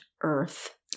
earth